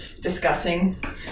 discussing